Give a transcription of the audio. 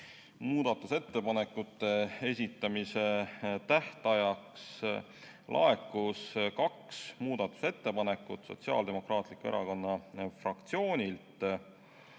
Muudatusettepanekute esitamise tähtajaks laekus kaks muudatusettepanekut Sotsiaaldemokraatliku Erakonna fraktsioonilt.